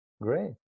great